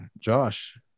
Josh